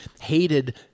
hated